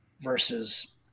versus